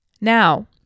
Now